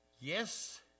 yes